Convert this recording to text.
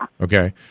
Okay